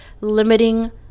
limiting